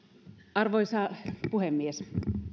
arvoisa puhemies